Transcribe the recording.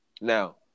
now